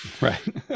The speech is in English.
right